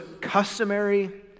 customary